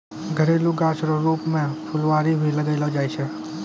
घरेलू गाछ रो रुप मे फूलवारी भी लगैलो जाय छै